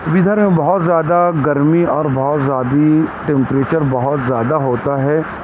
ویدھرب میں بہت زیادہ گرمی اور بہت زیادی ٹمپریچر بہت زیادہ ہوتا ہے